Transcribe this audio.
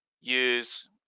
use